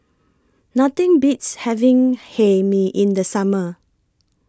Nothing Beats having Hae Mee in The Summer